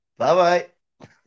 Bye-bye